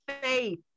faith